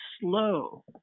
slow